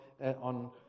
on